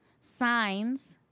signs